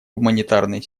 гуманитарной